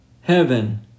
heaven